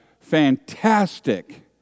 fantastic